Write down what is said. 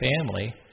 family